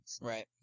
right